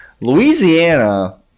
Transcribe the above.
Louisiana